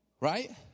Right